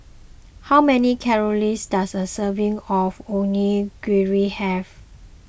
how many calories does a serving of Onigiri have